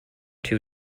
two